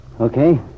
Okay